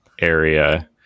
area